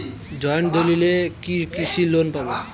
Joint দলিলে কি কৃষি লোন পাব?